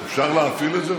הוא הרי לא מבין בזה,